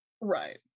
right